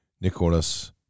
Nicholas